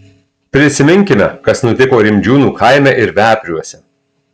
prisiminkime kas nutiko rimdžiūnų kaime ir vepriuose